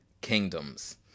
Kingdoms